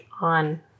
on